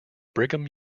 brigham